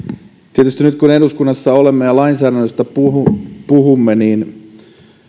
tietysti nyt kun eduskunnassa olemme ja lainsäädännöstä puhumme puhumme niin